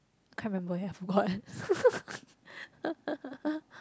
I can't remember ya I forgot